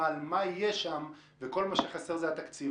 על מה יהיה שם וכל מה שחסר זה התקציב,